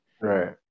Right